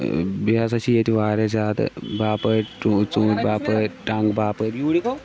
بیٚیہِ ہَسا چھِ ییٚتہِ واریاہ زیادٕ باپٲرۍ ٹُہ ژوٗنٛٹھۍ باپٲرۍ ٹںٛگ باپٲرۍ